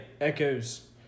echoes